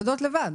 אתן יודעות לבד,